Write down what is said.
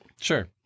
Sure